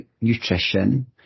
nutrition